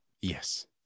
yes